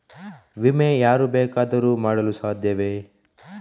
ವಿಮೆ ಯಾರು ಬೇಕಾದರೂ ಮಾಡಲು ಸಾಧ್ಯವೇ?